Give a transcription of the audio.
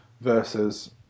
versus